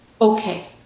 okay